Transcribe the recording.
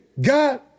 God